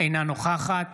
אינה נוכחת